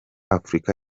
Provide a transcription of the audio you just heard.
afurika